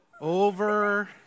over